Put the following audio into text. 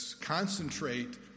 concentrate